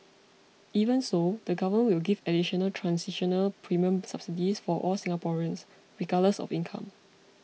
even so the Government will give additional transitional premium subsidies for all Singaporeans regardless of income